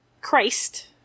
Christ